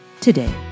today